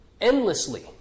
endlessly